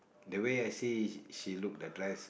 the way I see she look the dress